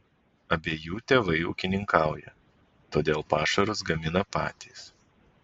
abiejų tėvai ūkininkauja todėl pašarus gamina patys